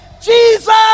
Jesus